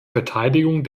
verteidigung